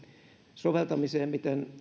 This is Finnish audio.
soveltamiseen miten